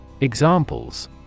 Examples